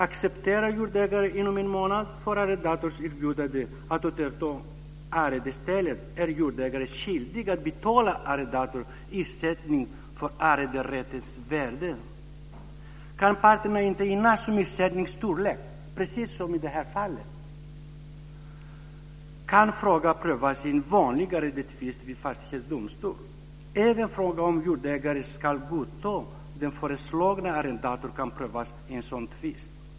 Accepterar jordägaren inom en månad från arrendatorns erbjudande att återta arrendestället, är jordägaren skyldig att betala arrendatorn ersättning för arrenderättens värde. Kan parterna inte enas om ersättningens storlek, precis som i det här aktuella fallet, kan frågan prövas i en vanlig arrendetvist vid fastighetsdomstol. Även frågan om jordägaren ska godta den föreslagna arrendatorn kan prövas i en sådan tvist.